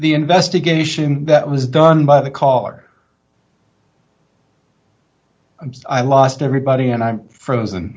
the investigation that was done by the caller and i lost everybody and i'm frozen